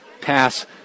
pass